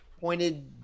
pointed